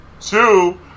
Two